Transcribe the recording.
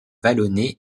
vallonné